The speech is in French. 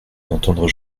d’entendre